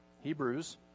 Hebrews